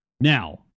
now